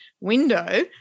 window